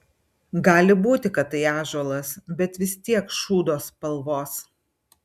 gali būti kad tai ąžuolas bet vis tiek šūdo spalvos